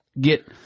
get